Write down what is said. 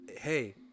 Hey